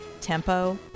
tempo